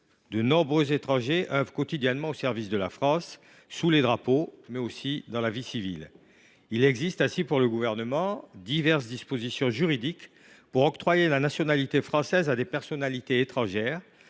de nombreux étrangers œuvrent quotidiennement au service de la France, sous les drapeaux, mais aussi dans la vie civile. Le Gouvernement a ainsi à sa main diverses dispositions juridiques permettant d’octroyer la nationalité française à des personnalités étrangères